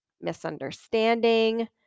misunderstanding